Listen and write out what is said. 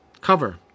cover